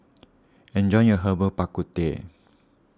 enjoy your Herbal Bak Ku Teh